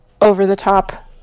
over-the-top